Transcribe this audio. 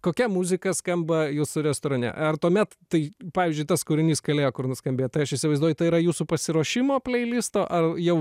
kokia muzika skamba jūsų restorane ar tuomet tai pavyzdžiui tas kūrinys kaleo nuskambėjo tai aš įsivaizduoju tai yra jūsų pasiruošimo pleilisto ar jau